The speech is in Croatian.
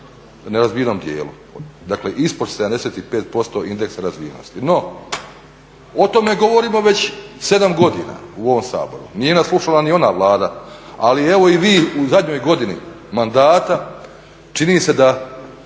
nerazvijenom dijelu. Dakle, ispod 75% indeksa razvijenosti. No, o tome govorimo već 7 godina u ovom Saboru, nije nas slušala ni ona Vlada, ali evo i vi u zadnjoj godini mandata čini se da